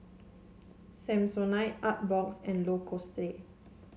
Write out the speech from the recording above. Samsonite Artbox and Lacoste